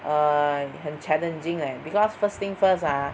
err 很 challenging leh because first thing first ah